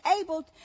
able